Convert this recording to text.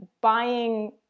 buying